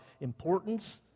importance